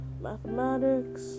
mathematics